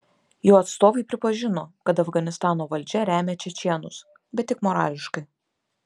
jų atstovai pripažino kad afganistano valdžia remia čečėnus bet tik morališkai